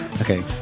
Okay